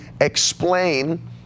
explain